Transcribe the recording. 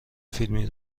فیلمی